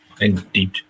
Indeed